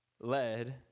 led